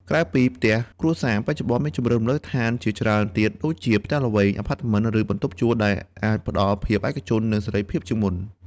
ក្រៅពីផ្ទះគ្រួសារ បច្ចុប្បន្នមានជម្រើសលំនៅឋានជាច្រើនទៀតដូចជា ផ្ទះល្វែង អាផាតមិន ឬបន្ទប់ជួល ដែលអាចផ្តល់ភាពឯកជន និងសេរីភាពជាងមុន។